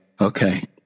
Okay